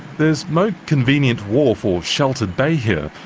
there's no convenient wharf or sheltered bay here,